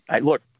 Look